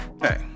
hey